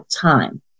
time